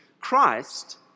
Christ